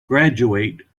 graduate